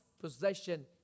possession